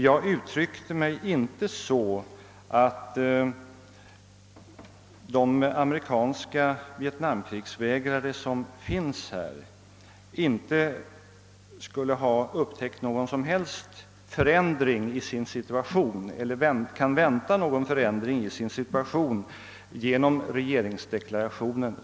Jag uttryckte mig inte så, att de amerikanska krigsvägrare från Vietnam som finns här inte skulle ha upptäckt eller kan vänta sig någon förändring i sin situation genom förra veckans regeringsdeklaration.